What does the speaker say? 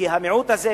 כי המיעוט הזה,